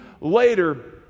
later